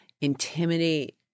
intimidate